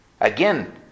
Again